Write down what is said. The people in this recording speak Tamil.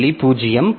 0